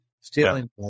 stealing